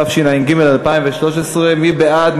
התשע"ג 2013. מי בעד?